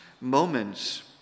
moments